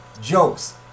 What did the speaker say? jokes